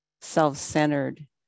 self-centered